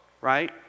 right